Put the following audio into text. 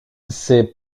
ses